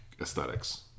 aesthetics